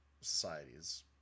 societies